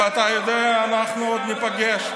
ואתה יודע, אנחנו עוד ניפגש.